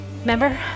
Remember